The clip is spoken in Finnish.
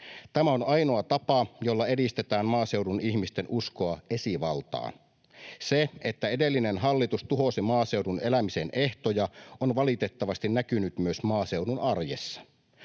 Tämä on ainoa tapa, jolla edistetään maaseudun ihmisten uskoa esivaltaan. Se, että edellinen hallitus tuhosi maaseudun elämisen ehtoja, on valitettavasti näkynyt myös maaseudun arjessa.